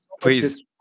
Please